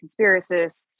conspiracists